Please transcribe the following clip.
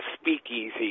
speakeasy